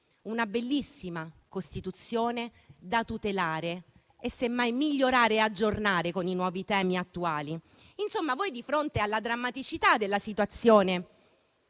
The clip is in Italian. una bellissima Costituzione da tutelare e, semmai, migliorare e aggiornare con i nuovi temi attuali. Insomma, voi di fronte alla drammaticità della situazione